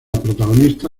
protagonista